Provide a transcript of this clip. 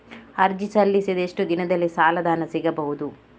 ಅರ್ಜಿ ಸಲ್ಲಿಸಿದ ಎಷ್ಟು ದಿನದಲ್ಲಿ ಸಾಲದ ಹಣ ಸಿಗಬಹುದು?